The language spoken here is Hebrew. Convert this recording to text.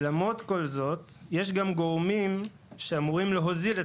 למרות כל זאת יש גם גורמים שאמורים להוזיל את